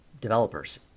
developers